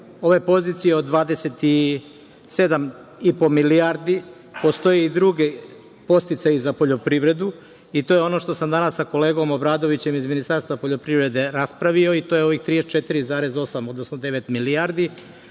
ove pozicije od 27,5 milijardi postoje i drugi podsticaji za poljoprivredu i to je ono što sam danas sa kolegom Obradovićem iz Ministarstva poljoprivrede raspravio i to je ovih 34,8, odnosno devet milijardi,